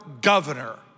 governor